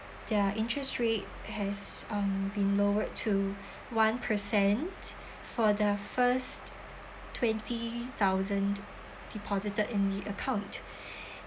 their interest rate has um been lowered to one percent for the first twenty thousand deposited in the account